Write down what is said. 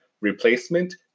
replacement